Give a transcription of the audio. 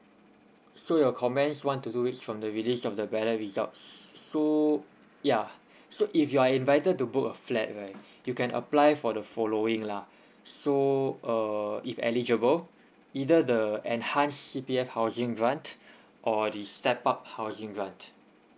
so your comments want to do it's from the release of the ballot results so ya so if you are invited to book a flat right you can apply for the following lah so err if eligible either the enhanced C_P_F housing grant or the step up housing grant